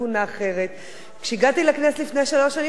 כשהגעתי לכנסת לפני שלוש שנים חשבתי שאפשר לשנות